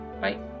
Bye